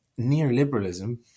neoliberalism